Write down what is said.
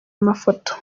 mafoto